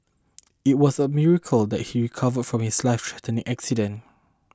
it was a miracle that he recovered from his lifethreatening accident